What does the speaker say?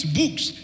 books